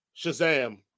Shazam